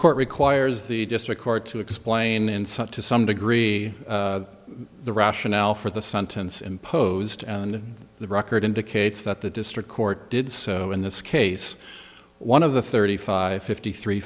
court requires the district court to explain in such to some degree the rationale for the sentence imposed and the record indicates that the district court did so in this case one of the thirty five fifty three